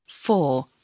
Four